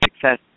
success